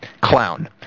Clown